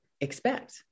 expect